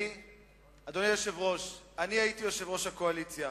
אני הייתי יושב-ראש הקואליציה.